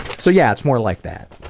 so yeah, it's more like that.